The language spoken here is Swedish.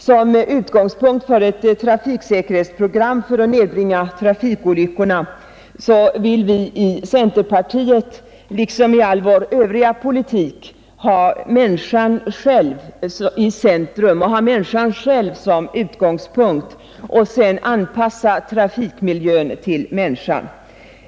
Som utgångspunkt för ett trafiksäkerhetsprogram för att nedbringa trafikolyckorna vill vi i centerpartiet liksom i all vår övriga politik ha människan själv i centrum och sedan anpassa trafikmiljön till människan.